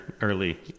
early